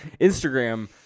Instagram